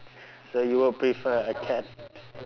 so you would prefer a cat